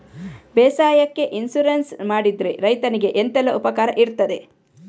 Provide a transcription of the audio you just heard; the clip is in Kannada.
ಬೇಸಾಯಕ್ಕೆ ಇನ್ಸೂರೆನ್ಸ್ ಮಾಡಿದ್ರೆ ರೈತನಿಗೆ ಎಂತೆಲ್ಲ ಉಪಕಾರ ಇರ್ತದೆ?